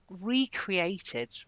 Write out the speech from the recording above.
recreated